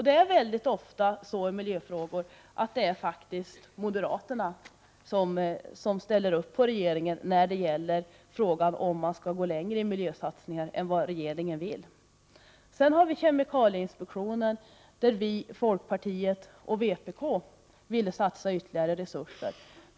Det är ofta så i miljöfrågorna att moderaterna faktiskt ställer upp på regeringen när det är fråga om att gå längre i miljösatsningar än vad regeringen vill. När det gäller kemikalieinspektionen vill vi i miljöpartiet, folkpartiet och vpk satsa på ytterligare resurser.